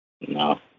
No